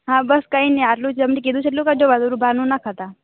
હા બસ કંઈ નહિ આટલું તમને કીધું છે એટલું કરજો બહારનું ના ખાતા